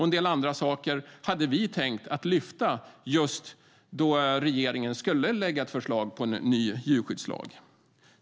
En del andra saker hade vi tänkt lyfta fram då regeringen skulle lägga fram ett förslag till ny djurskyddslag.